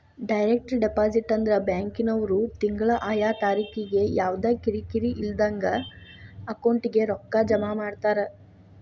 direct deposit ಅಂದ್ರ ಬ್ಯಾಂಕಿನ್ವ್ರು ತಿಂಗ್ಳಾ ಆಯಾ ತಾರಿಕಿಗೆ ಯವ್ದಾ ಕಿರಿಕಿರಿ ಇಲ್ದಂಗ ಅಕೌಂಟಿಗೆ ರೊಕ್ಕಾ ಜಮಾ ಮಾಡ್ತಾರ